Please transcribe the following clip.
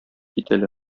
китәләр